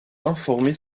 informer